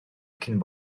cyn